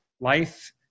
Life